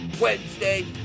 Wednesday